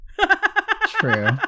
true